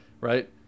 Right